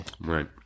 Right